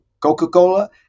Coca-Cola